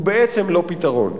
הוא בעצם לא פתרון.